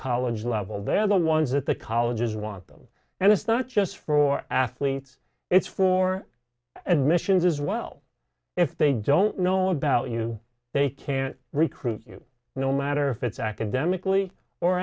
college level they are the ones that the colleges want them and it's not just for athletes it's for and missions as well if they don't know about you they can recruit you no matter if it's academically or